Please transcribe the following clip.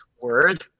word